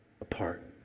apart